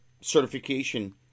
certification